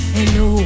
Hello